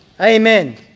Amen